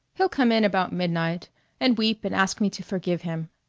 he'll come in about midnight and weep and ask me to forgive him.